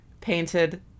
Painted